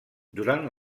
durant